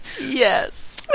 Yes